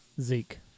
Zeke